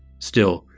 still,